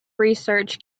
research